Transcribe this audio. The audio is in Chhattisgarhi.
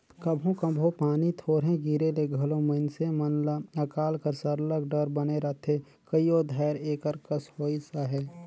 कभों कभों पानी थोरहें गिरे ले घलो मइनसे मन ल अकाल कर सरलग डर बने रहथे कइयो धाएर एकर कस होइस अहे